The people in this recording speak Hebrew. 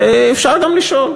ואפשר גם לשאול.